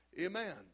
Amen